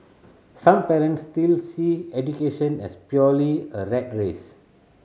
some parents still see education as purely a rat race